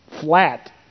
flat